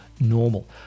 normal